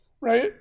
Right